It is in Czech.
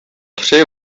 tři